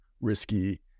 risky